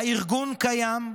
הארגון קיים,